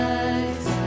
eyes